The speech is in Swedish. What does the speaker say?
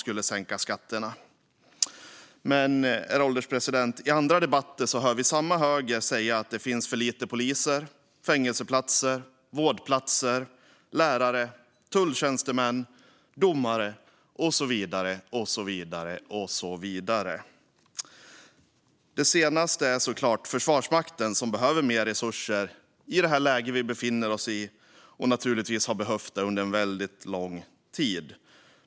Herr ålderspresident! I andra debatter hör vi dock samma höger säga att det finns för få poliser, fängelseplatser, vårdplatser, lärare, tulltjänstemän, domare och så vidare. Det senaste är såklart Försvarsmakten som behöver mer resurser i det läge vi befinner oss i. Den har naturligtvis behövt det under väldigt lång tid.